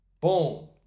boom